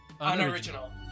unoriginal